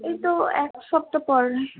এই তো এক সপ্তাহ পরে